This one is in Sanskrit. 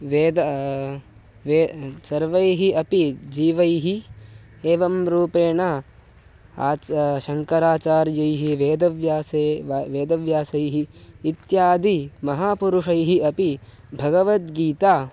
वेदः वे सर्वैः अपि जीवैः एवं रूपेण आच शङ्कराचार्यैः वेदव्यासे व वेदव्यासैः इत्यादि महापुरुषैः अपि भगवद्गीता